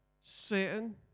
Satan